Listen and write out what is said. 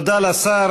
תודה לשר.